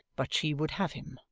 but she would have him,